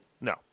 no